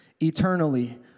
eternally